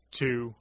two